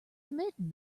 submitting